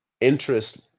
interest